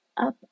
up